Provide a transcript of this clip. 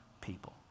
people